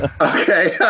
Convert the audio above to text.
okay